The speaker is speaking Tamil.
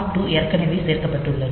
r2 ஏற்கனவே சேர்க்கப்பட்டுள்ளது